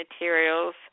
materials